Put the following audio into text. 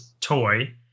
toy